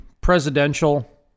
presidential